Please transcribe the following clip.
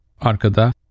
Arkada